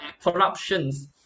corruptions